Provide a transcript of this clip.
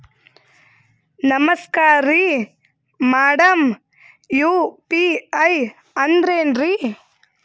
ನಮಸ್ಕಾರ್ರಿ madam UPI ಅಂದ್ರೆನ್ರಿ?